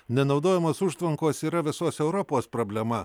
nenaudojamos užtvankos yra visos europos problema